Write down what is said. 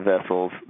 vessels